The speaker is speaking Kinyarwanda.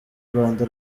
rwanda